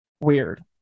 weird